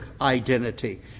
identity